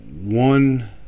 one